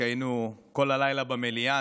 כי היינו כל הלילה במליאה,